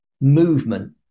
movement